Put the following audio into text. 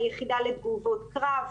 ה"יחידה לתגובות קרב",